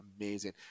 amazing